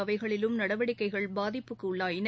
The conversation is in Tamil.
அவைகளிலும் நடவடிக்கைகள் பாதிபுக்கு உள்ளாயின